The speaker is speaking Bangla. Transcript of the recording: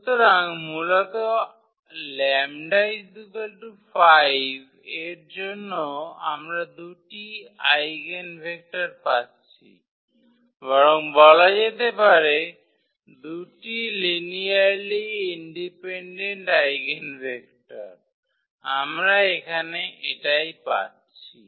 সুতরাং মূলতঃ 𝜆 5 এর জন্য আমরা দুটি আউগেনভেক্টর পাচ্ছি বরং বলা যেতে পারে দুটি লিনিয়ারলি ইন্ডিপেনডেন্ট আইগেনভেক্টর আমরা এখানে এটাই পাচ্ছি